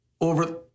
over